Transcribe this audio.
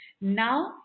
Now